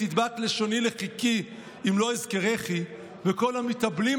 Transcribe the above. תדבק לשוני לחִכי אם לא אזכרכי" וכל המתאבלים